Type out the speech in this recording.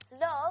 Love